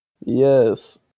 Yes